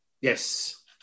Yes